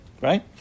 Right